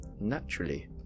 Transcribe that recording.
naturally